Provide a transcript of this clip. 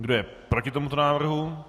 Kdo je proti tomuto návrhu?